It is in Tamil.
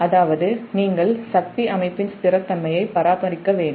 அதாவது நீங்கள் சக்தி அமைப்பின் நிலைத்தன்மையை பராமரிக்க வேண்டும்